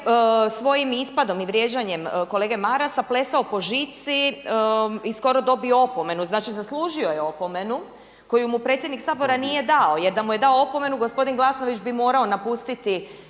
svojim ispadom i vrijeđanjem kolege Marasa plesao po žici i skoro dobio opomenu. Znači, zaslužio je opomenu koju mu predsjednik Sabora nije dao. Jer da mu je dao opomenu gospodin Glasnović bi morao napustiti